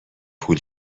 پول